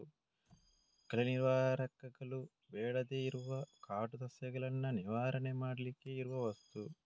ಕಳೆ ನಿವಾರಕಗಳು ಬೇಡದೇ ಇರುವ ಕಾಟು ಸಸ್ಯಗಳನ್ನ ನಿವಾರಣೆ ಮಾಡ್ಲಿಕ್ಕೆ ಇರುವ ವಸ್ತು